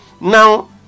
now